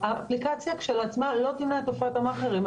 האפליקציה כשלעצמה לא תמנע את תופעת המאכערים.